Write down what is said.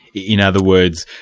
in other words,